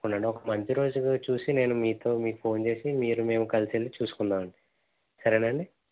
తప్పకుండా అండి ఒక మంచి రోజు చూసి నేను మీతో మీకు ఫోన్ చేసి మీరు మేము కలిసి వెళ్ళి చూసుకుందాం అండి సరేనా అండి